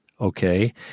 Okay